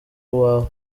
uwawe